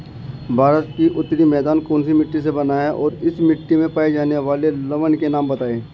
भारत का उत्तरी मैदान कौनसी मिट्टी से बना है और इस मिट्टी में पाए जाने वाले लवण के नाम बताइए?